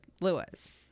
Lewis